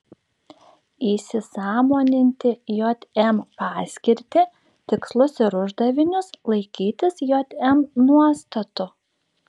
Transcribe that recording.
įsisąmoninti jm paskirtį tikslus ir uždavinius laikytis jm nuostatų